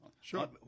Sure